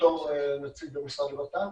בתור נציג המשרד לבט"פ.